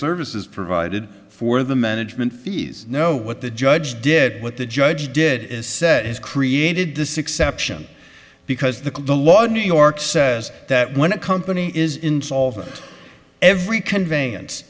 services provided for the management fees no what the judge did what the judge did is say has created this exception because the the law in new york says that when a company is insolvent every conveyance